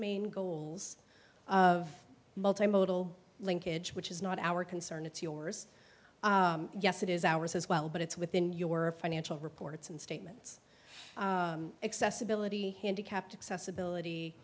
main goals of multimodal linkage which is not our concern it's yours yes it is ours as well but it's within your financial reports and statements accessibility handicapped access ability